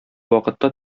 вакытта